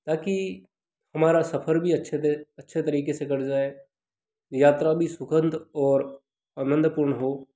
ताकि हमारा सफ़र भी अच्छे से अच्छे तरीके से कट जाए यात्रा भी सुखद और आनंदपूर्ण हो